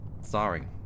Sorry